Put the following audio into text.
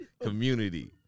community